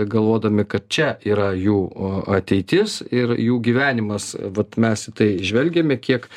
galvodami kad čia yra jų a ateitis ir jų gyvenimas vat mes į tai žvelgiame kiek